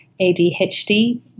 adhd